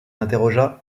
interrogea